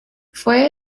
fue